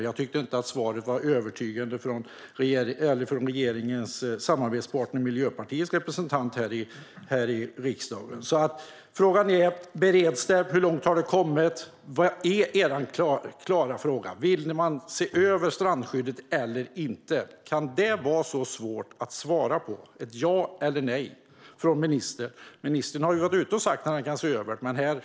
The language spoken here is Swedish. Jag tycker inte att svaret var övertygande heller från regeringens samarbetspartner Miljöpartiets representant här i riksdagen. Frågan är: Bereds frågan? Hur långt har beredningen i så fall kommit? Vill ni se över strandskyddet eller inte? Kan detta vara så svårt att svara ja eller nej på för ministern? Ministern har ju varit ute och sagt att han kan tänka sig att se över frågan.